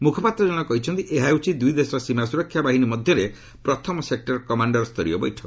ମୁଖପାତ୍ର ଜଣକ କହିଛନ୍ତି ଏହା ହେଉଛି ଦୁଇ ଦେଶର ସୀମା ସୁରକ୍ଷା ବାହିନୀ ମଧ୍ୟରେ ପ୍ରଥମ ସେକ୍ଟର କମାଣ୍ଡର ସ୍ତରୀୟ ବୈଠକ